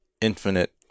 infinite